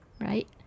right